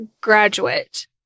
graduate